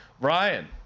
Ryan